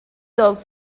dels